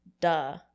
Duh